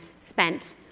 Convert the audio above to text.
spent